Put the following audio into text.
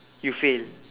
you fail